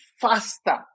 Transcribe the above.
faster